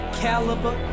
caliber